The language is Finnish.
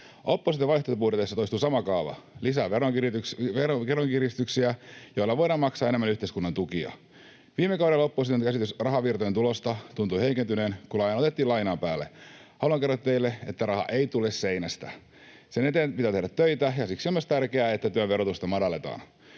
Opposition vaihtoehtobudjeteissa toistuu sama kaava: lisää veronkiristyksiä, joilla voidaan maksaa enemmän yhteiskunnan tukia. Viime kaudella opposition käsitys rahavirtojen tulosta tuntui heikentyneen, kun lainaa otettiin lainan päälle. Haluan kertoa teille, että raha ei tule seinästä. Sen eteen pitää tehdä töitä, ja siksi on myös tärkeää, että työn verotusta madalletaan.